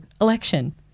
election